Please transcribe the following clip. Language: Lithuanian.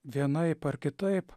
vienaip ar kitaip